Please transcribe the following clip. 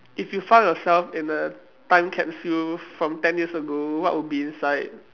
if you found yourself in a time capsule from ten years ago what would be inside